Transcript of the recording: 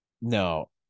No